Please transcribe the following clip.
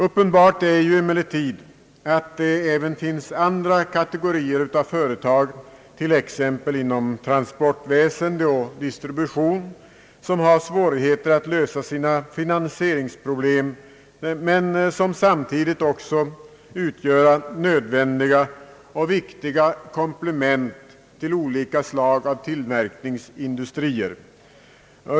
Uppenbart är emellertid att även andra kategorier av företag, t.ex. inom transportväsende och distribution, har svårigheter att lösa sina finansieringsproblem, företag som är nödvändiga och viktiga komplement till olika slag av tillverkningsindustrier.